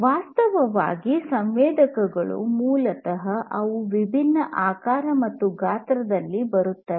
ವಾಸ್ತವವಾಗಿ ಸಂವೇದಕಗಳು ಮೂಲತಃ ಅವು ವಿಭಿನ್ನ ಆಕಾರ ಮತ್ತು ಗಾತ್ರಗಳಲ್ಲಿ ಬರುತ್ತವೆ